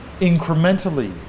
incrementally